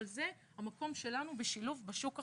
אבל זה המקום שלנו בשילוב בשוק החופשי.